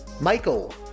Michael